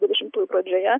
dvidešimtųjų pradžioje